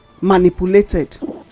manipulated